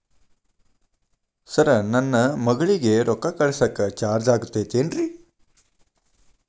Sir ನನ್ನ ಮಗಳಗಿ ರೊಕ್ಕ ಕಳಿಸಾಕ್ ಚಾರ್ಜ್ ಆಗತೈತೇನ್ರಿ?